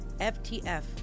FTF